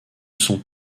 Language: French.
sont